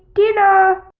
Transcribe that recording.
dinner!